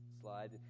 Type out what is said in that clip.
slide